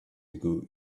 ago